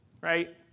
Right